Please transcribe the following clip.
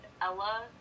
Ella